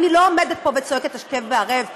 אני לא עומדת פה וצועקת השכם והערב "ביבי"